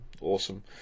Awesome